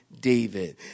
David